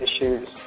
issues